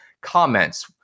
comments